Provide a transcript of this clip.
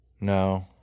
No